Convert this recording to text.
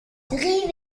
drie